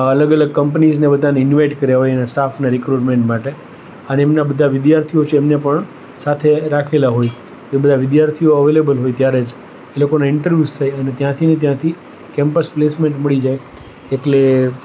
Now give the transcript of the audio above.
અલગ અલગ કંપનીઝને બધાને ઇન્વાઇટ કર્યા હોય એના સ્ટાફને રીક્રુટમેન્ટ માટે અને એમના બધા વિદ્યાર્થીઓ એમને પણ સાથે રાખેલા હોય કે બધા વિદ્યાર્થીઓ અવેલેબલ હોય ત્યારે જ એ લોકોના ઇન્ટરવ્યૂ થાય અને ત્યાંથી ને ત્યાંથી કેમ્પસ પ્લેસમેન્ટ મળી જાય એટલે